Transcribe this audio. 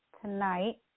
tonight